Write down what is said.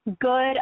good